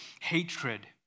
hatred